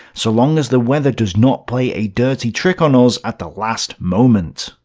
so long as the weather does not play a dirty trick on us at the last moment.